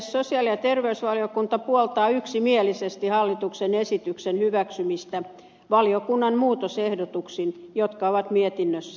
sosiaali ja terveysvaliokunta puoltaa yksimielisesti hallituksen esityksen hyväksymistä valiokunnan muutosehdotuksin jotka ovat mietinnössä